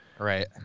Right